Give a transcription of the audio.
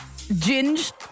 Ginge